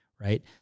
right